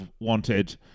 wanted